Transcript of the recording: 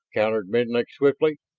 countered menlik swiftly.